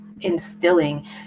instilling